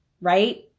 right